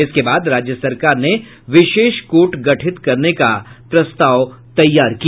इसके बाद राज्य सरकार ने विशेष कोर्ट गठित करने का प्रस्ताव तैयार किया